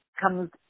comes